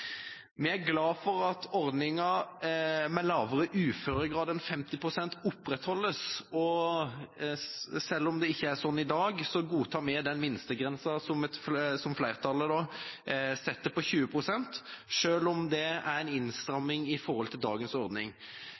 Vi er glade for at ordninga med en lavere uføregrad enn 50 pst. opprettholdes, og selv om det ikke er sånn i dag, godtar vi den minstegrensa som flertallet setter på 20 pst., selv om det er en innstramming i forhold til dagens ordning.